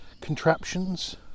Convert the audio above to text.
contraptions